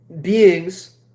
beings